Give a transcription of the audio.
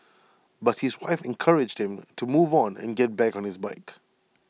but his wife encouraged him to move on and get back on his bike